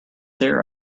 there